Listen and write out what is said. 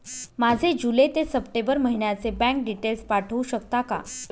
माझे जुलै ते सप्टेंबर महिन्याचे बँक डिटेल्स पाठवू शकता का?